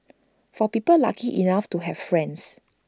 for people lucky enough to have friends